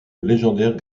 légendaire